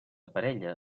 parella